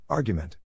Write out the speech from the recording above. Argument